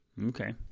okay